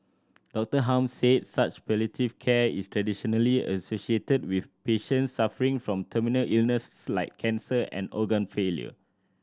Dr Hum said such palliative care is traditionally associated with patients suffering from terminal illnesses like cancer and organ failure